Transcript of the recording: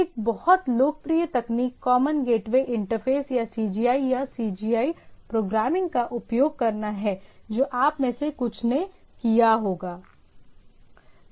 एक बहुत लोकप्रिय तकनीक कॉमन गेटवे इंटरफेस या CGI या CGI प्रोग्रामिंग का उपयोग करना है जो आप में से कुछ ने किया होगा